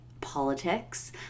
politics